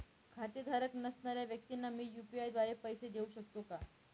खातेधारक नसणाऱ्या व्यक्तींना मी यू.पी.आय द्वारे पैसे देऊ शकतो का?